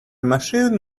machine